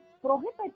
prohibit